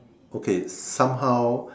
okay somehow